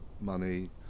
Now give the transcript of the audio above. money